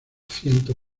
ciento